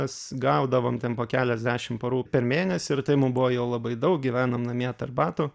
mes gaudavom ten po keliasdešim parų per mėnesį ir tai mum buvo jau labai daug gyvenom namie tarp batų